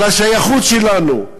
על השייכות שלנו,